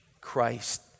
Christ